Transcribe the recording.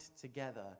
together